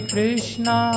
Krishna